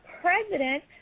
President